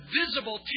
visible